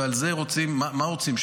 ועל זה רוצים, מה רוצים?